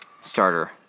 starter